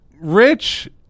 Rich